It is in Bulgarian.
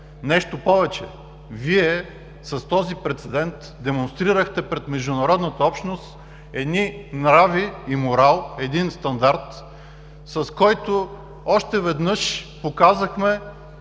Нещо повече, с този прецедент Вие демонстрирахте пред международната общност нрави и морал, стандарт, с който още веднъж показахме